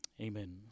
Amen